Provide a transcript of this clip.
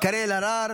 קארין אלהרר,